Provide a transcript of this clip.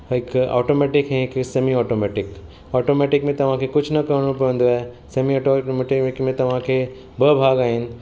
हिकु ऑटोमैटिक ऐं हिकु सेमी ऑटोमैटिक ऑटोमैटिक में तव्हांखे कुझु न करिणो पवंदो आहे सेमी ऑटोमैटिक मे तव्हांखे ॿ भाग आहिनि